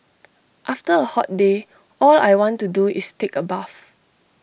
after A hot day all I want to do is take A bath